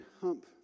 hump